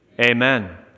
Amen